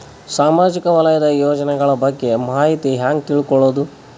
ಸಾಮಾಜಿಕ ವಲಯದ ಯೋಜನೆಗಳ ಬಗ್ಗೆ ಮಾಹಿತಿ ಹ್ಯಾಂಗ ತಿಳ್ಕೊಳ್ಳುದು?